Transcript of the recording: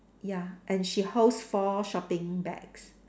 ya and she holds four shopping bags